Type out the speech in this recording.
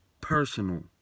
personal